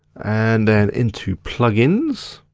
and then into plugins.